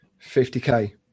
50k